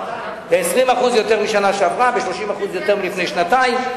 היה גשם ב-20% יותר מהשנה שעברה וב-30% יותר מלפני שנתיים.